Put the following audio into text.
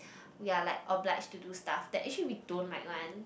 we're like obliged to do stuff that actually we don't like one